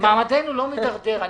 מעמדנו לא מידרדר.